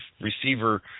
receiver